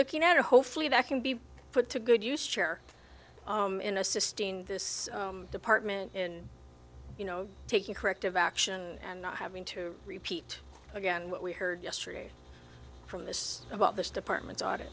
looking at hopefully that can be put to good use share in assisting this department in you know taking corrective action and not having to repeat again what we heard yesterday from this about this department